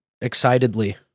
excitedly